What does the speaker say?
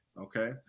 Okay